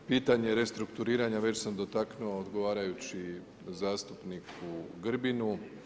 Pitanje restrukturiranja već sam dotaknuo odgovarajući zastupniku Grbinu.